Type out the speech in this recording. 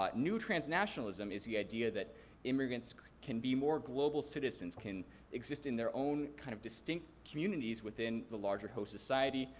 ah new transnationalism is the idea that immigrants can be more global citizens, can exist in their own kind of distinct communities within the larger host society.